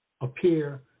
appear